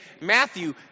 Matthew